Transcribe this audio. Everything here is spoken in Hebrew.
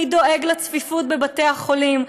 מי דואג לצפיפות בבתי החולים?